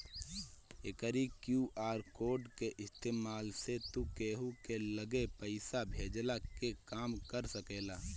एकरी QR code के इस्तेमाल से तू केहू के लगे पईसा भेजला के काम कर सकेला